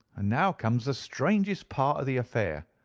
and now comes the strangest part of the affair.